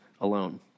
alone